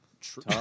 True